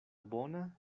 bona